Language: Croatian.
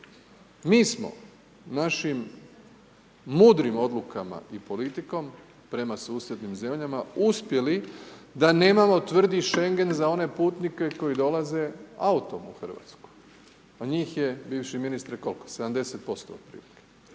Mi smo našim mudrim odlukama i politikom prema susjednim zemljama uspjeli da nemamo tvrdi Schengen za one putnike koji dolaze autom u RH, a njih je, bivši ministre, koliko? 70% otprilike.